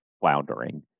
floundering